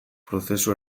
prozesu